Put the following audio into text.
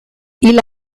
hil